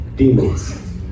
Demons